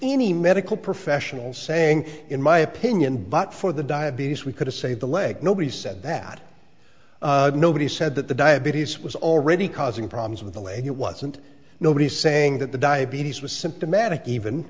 any medical professional saying in my opinion but for the diabetes we could have saved the leg nobody said that nobody said that the diabetes was already causing problems with the lake it wasn't nobody saying that the diabetes was symptomatic even